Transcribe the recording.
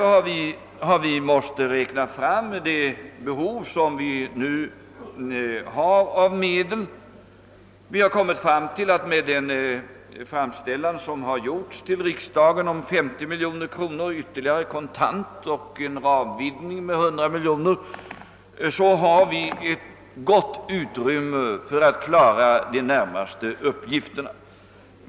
Vi har därför måst räkna över det be hov av medel som föreligger och har därvid kommit fram till att med den framställning, som har gjorts i riksdagen om ytterligare 50 miljoner kronor i kontanta medel och en ramvidgning med 100 miljoner kronor, finns det gott utrymme för att klara de närmaste uppgifterna.